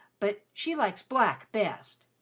but she likes black best.